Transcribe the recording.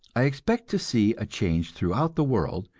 i expect to see a change throughout the world,